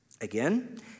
Again